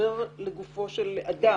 מלדבר לגופו של אדם,